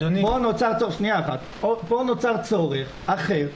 פה נוצר צורך אחר,